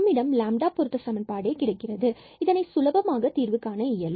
நம்மிடம் பொருத்த சமன்பாடு கிடைக்கிறது இதை சுலபமாக தீர்வு காண இயலும்